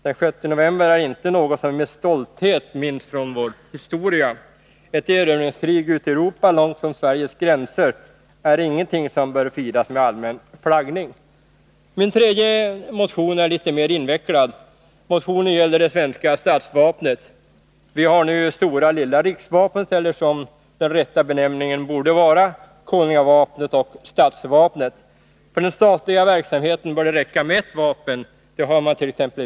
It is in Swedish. Den 6 november är inte något som vi med stolthet minns från vår historia. Ett erövringskrig ute i Europa långt från Sveriges gränser är ingenting som bör firas med allmän flaggdag. Min tredje motion är litet mer invecklad. Motionen gäller det svenska statsvapnet. Vi har nu stora och lilla riksvapnet, eller — som den rätta benämningen borde vara — konungavapnet och statsvapnet. För den statliga verksamheten bör det räcka med ett vapen som man hart.ex.